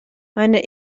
meine